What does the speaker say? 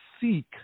seek